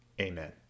Amen